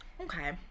okay